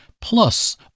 Plus